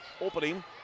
opening